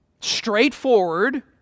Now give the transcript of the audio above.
straightforward